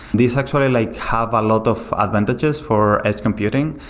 this actually like have a lot of advantages for edge computing.